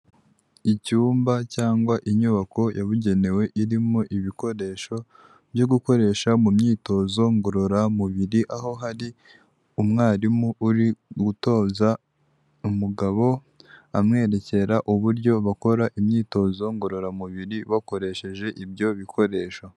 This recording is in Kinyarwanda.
Icyumba cyangwa inyubako yabugenewe irimo ibikoresho byo gukoresha mu myitozo ngororamubiri, aho hari umwarimu uri gutoza umugabo amwerekera uburyo bakora imyitozo ngororamubiri bakoresheje ibyo bikoresho.